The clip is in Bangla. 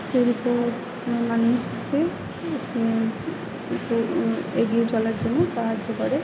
শিল্প মানুষকে এগিয়ে চলার জন্য সাহায্য করে